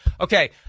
Okay